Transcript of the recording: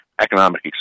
economic